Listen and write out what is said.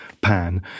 pan